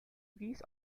geese